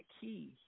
key